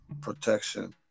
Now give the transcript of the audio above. Protection